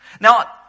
Now